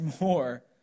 more